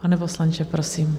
Pane poslanče, prosím.